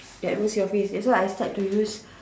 that ruins your face that's why I start to use